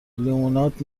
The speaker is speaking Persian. لیموناد